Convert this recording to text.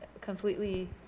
completely